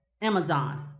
Amazon